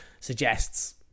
suggests